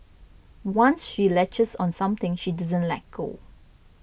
once she latches on something she doesn't let go